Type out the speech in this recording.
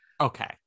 Okay